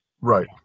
Right